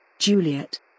Juliet